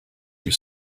you